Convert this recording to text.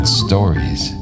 stories